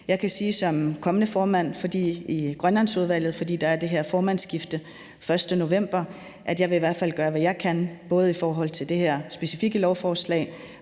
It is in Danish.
Jeg kan som kommende formand for Grønlandsudvalget, for der er det her formandsskifte den 1. november, sige, at jeg i hvert fald vil gøre, hvad jeg kan, både i forhold til det her specifikke lovforslag,